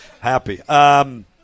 happy